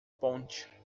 ponte